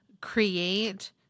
create